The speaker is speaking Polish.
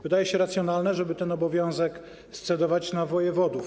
Wydaje się racjonalne, żeby ten obowiązek scedować na wojewodów.